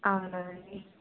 అవునండి